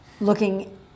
looking